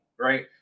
right